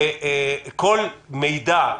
כל מידע,